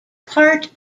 part